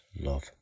love